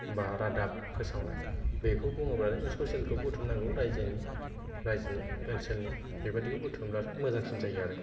बा रादाब फोसावनाय बेखौ बुङोब्लालाय जों ससेलखौ बुथुमनांगौ रायजोनि रायजोनि ओनसोलनि बेबायदिखौ बुथुमब्लाथाय मोजांसिन जायो आरो